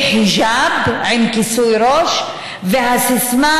בחיג'אב, עם כיסוי ראש, והסיסמה: